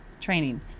training